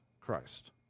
Christ